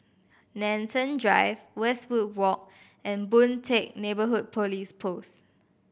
Nanson Drive Westwood Walk and Boon Teck Neighbourhood Police Post